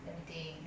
let me think